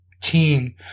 team